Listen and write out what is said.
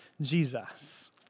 Jesus